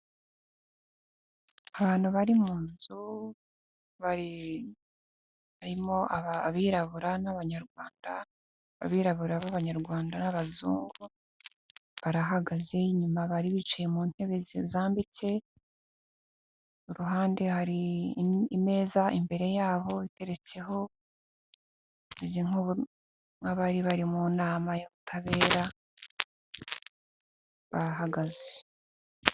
Abantu bari mu nzu harimo abirabura n'abanyarwanda, abirabura b'abanyarwanda n'abazungu barahagaze, inyuma bari bicaye mu ntebe zambitse, iruhande hari ameza imbere yabo iteretseho, bameze nk'abari bari mu nama y'ubutabera barahagaze.